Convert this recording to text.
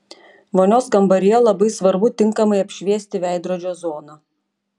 vonios kambaryje labai svarbu tinkamai apšviesti veidrodžio zoną